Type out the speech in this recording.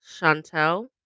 Chantel